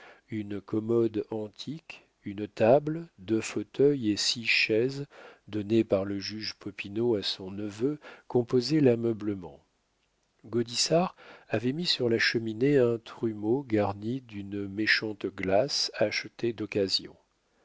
une commode antique une table deux fauteuils et six chaises donnés par le juge popinot à son neveu composaient l'ameublement gaudissart avait mis sur la cheminée un trumeau garni d'une méchante glace achetée d'occasion